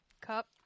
cup